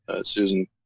Susan